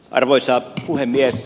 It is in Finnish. arvoisa puhemies